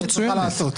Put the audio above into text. צריכה לעשות.